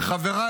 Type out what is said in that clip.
וחבריי,